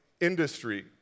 industry